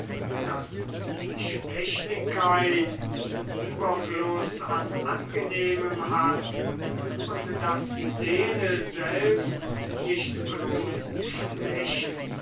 daß die schlechtigkeit ueberfluß an angenehmem hat und daß die seele selbst nicht blos schlecht